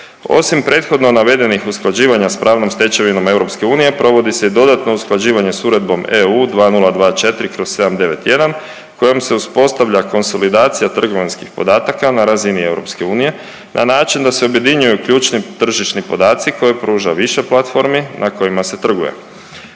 Osim prethodno navedenih usklađivanja s pravnom stečevinom EU provodi se i dodatno usklađivanje s Uredbom EU 2024/791 kojom se uspostavlja konsolidacija trgovinskih podataka na razini EU na način da se objedinjuju ključni tržišni podaci koje pruža više platformi na kojima se trguje.